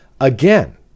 again